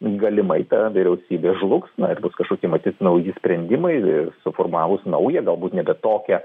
galimai ta vyriausybė žlugs na ir bus kažkokie matyt nauji sprendimai ir suformavus naują galbūt nebe tokią